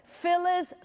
fillers